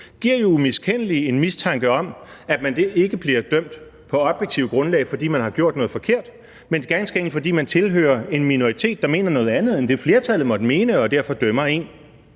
giver jo umiskendeligt en mistanke om, at man ikke bliver dømt på objektivt grundlag, fordi man har gjort noget forkert, men ganske enkelt fordi man tilhører en minoritet, der mener noget andet end det, flertallet måtte mene, og derfor dømmer en.